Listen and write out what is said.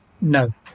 No